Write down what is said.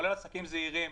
כולל עסקים זעירים,